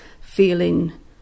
feeling